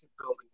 building